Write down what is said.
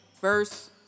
verse